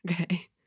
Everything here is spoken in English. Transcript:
Okay